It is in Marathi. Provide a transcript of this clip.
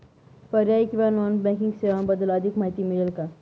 पर्यायी किंवा नॉन बँकिंग सेवांबद्दल अधिक माहिती मिळेल का?